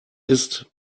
ist